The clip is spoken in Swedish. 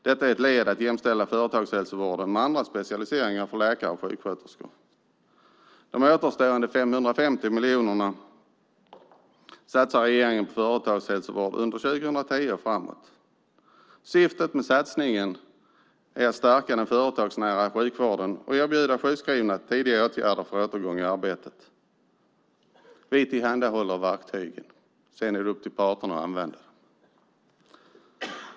Detta är ett led i att jämställa företagshälsovården med andra specialiseringar för läkare och sjuksköterskor. De återstående 550 miljonerna satsar regeringen på företagshälsovård under 2010 och framåt. Syftet med satsningen är att stärka den företagsnära sjukvården och erbjuda sjukskrivna tidiga åtgärder för återgång i arbetet. Vi tillhandahåller verktygen, och sedan är det upp till parterna att använda dem.